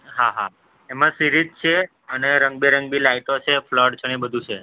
હાં હાં એમાં સીરિઝ છે અને રંગબેરંગી લાઈતોને છે ને ફલદ છે બધુ છે